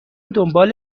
دنبال